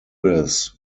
bruges